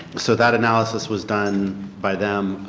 so that analysis was done by them.